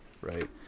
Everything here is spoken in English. Right